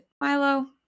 Milo